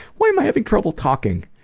why am i having trouble talking?